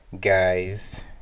guys